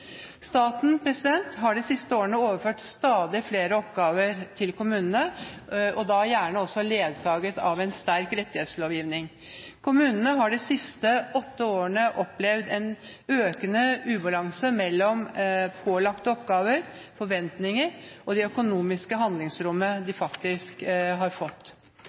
har de siste årene overført stadig flere oppgaver til kommunene og da gjerne også ledsaget av en sterk rettighetslovgivning. Kommunene har de siste åtte årene opplevd en økende ubalanse mellom pålagte oppgaver, forventninger og det økonomiske handlingsrommet de faktisk har fått.